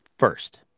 First